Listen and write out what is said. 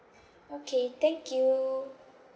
okay thank you